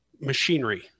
machinery